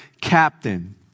captain